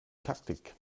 taktik